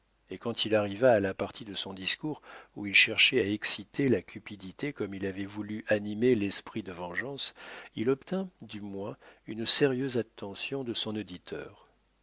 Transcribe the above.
et quand il arriva à la partie de son discours où il cherchait à exciter la cupidité comme il avait voulu animer l'esprit de vengeance il obtint du moins une sérieuse attention de son auditeur